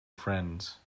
friends